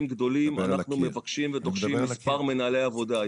גדולים אנחנו מבקשים ודורשים מספר מנהלי עבודה.